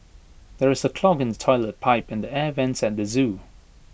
there is A clog in the Toilet Pipe and the air Vents at the Zoo